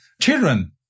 children